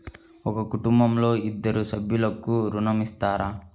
ఒక కుటుంబంలో ఇద్దరు సభ్యులకు ఋణం ఇస్తారా?